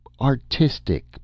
artistic